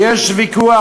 ויש ויכוח,